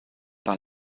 par